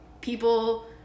people